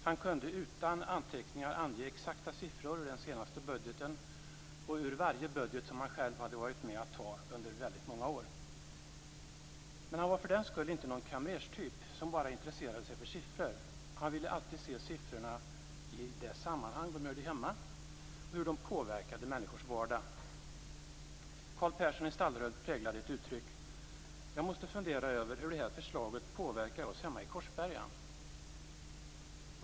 Han kunde utan anteckningar ange exakta siffror ur den senaste budgeten och ur varje budget som han själv hade varit med att fatta beslut om från väldigt många år tillbaka. Han var för den skull inte någon kamrerstyp som bara intresserade sig för siffror. Han ville alltid se siffrorna i det sammanhang där de hörde hemma och veta hur de påverkade människors vardag. Carl Persson i Stallerhult präglade ett uttryck: Jag måste fundera över hur det här förslaget påverkar oss hemma i Korsberga.